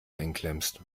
einklemmst